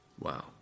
Wow